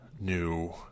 new